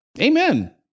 Amen